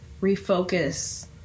refocus